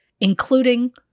including